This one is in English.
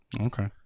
Okay